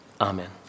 Amen